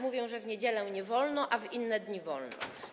Mówią, że w niedziele nie wolno, a w inne dni - wolno.